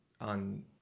on